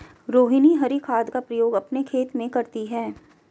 रोहिनी हरी खाद का प्रयोग अपने खेत में करती है